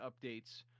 updates